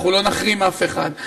אנחנו לא נחרים אף אחד.